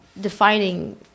Defining